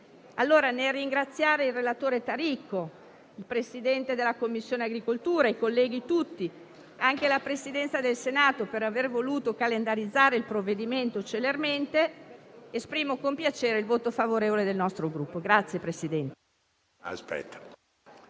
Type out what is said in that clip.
crescita. Nel ringraziare dunque il relatore Taricco, il Presidente della Commissione agricoltura e i colleghi tutti, nonché la Presidenza del Senato per aver voluto calendarizzare il provvedimento celermente, dichiaro con piacere il voto favorevole del mio Gruppo. [LA